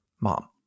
mom